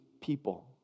people